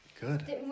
Good